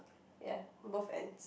ya both ends